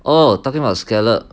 oh talking about scallop